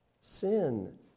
sin